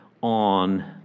on